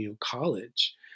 college